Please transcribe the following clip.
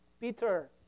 Peter